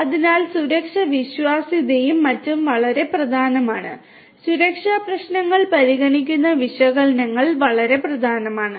അതിനാൽ സുരക്ഷാ വിശ്വാസ്യതയും മറ്റും വളരെ പ്രധാനമാണ് അതിനാൽ സുരക്ഷാ പ്രശ്നങ്ങൾ പരിഗണിക്കുന്ന വിശകലനങ്ങൾ വളരെ പ്രധാനമാണ്